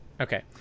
Okay